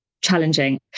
challenging